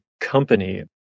company